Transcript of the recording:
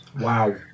Wow